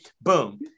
Boom